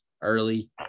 early